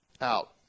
out